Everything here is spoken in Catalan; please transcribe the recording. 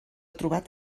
trobat